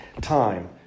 time